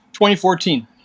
2014